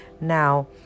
now